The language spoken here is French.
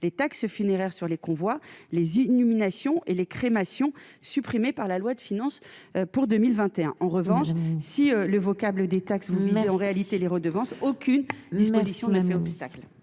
les taxes funéraire sur les convois, les illuminations et les crémations supprimée par la loi de finances pour 2021, en revanche, si le vocable des taxes vous même en réalité les redevances aucune. L'immersion de la fait obstacle